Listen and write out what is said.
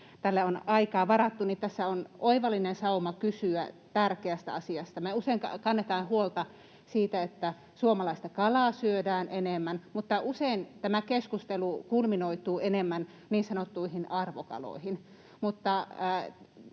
on aikaa varattu, niin tässä on oivallinen sauma kysyä tärkeästä asiasta: Me usein kannetaan huolta siitä, että suomalaista kalaa syötäisiin enemmän, mutta usein tämä keskustelu kulminoituu enemmän niin sanottuihin arvokaloihin.